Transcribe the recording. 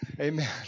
Amen